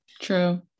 True